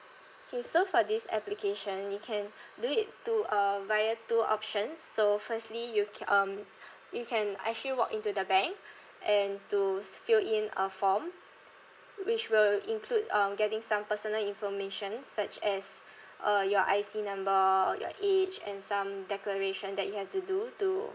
okay so for this application you can do it to uh via two options so firstly you c~ um you can actually walk into the bank and to s~ fill in a form which will include um getting some personal information such as uh your I_C number or your age and some declaration that you have to do to